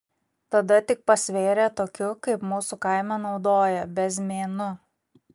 tada tik pasvėrė tokiu kaip mūsų kaime naudoja bezmėnu